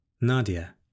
Nadia